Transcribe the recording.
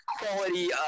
quality